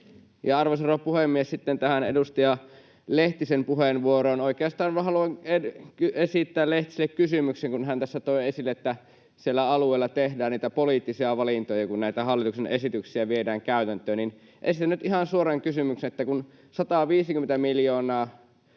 puhemies! Sitten tästä edustaja Lehtisen puheenvuorosta oikeastaan haluan esittää Lehtiselle kysymyksen, kun hän tässä toi esille, että siellä alueilla tehdään niitä poliittisia valintoja, kun näitä hallituksen esityksiä viedään käytäntöön. Esitän nyt ihan suoran kysymyksen: Kun 150 miljoonaa